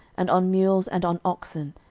and on mules, and on oxen,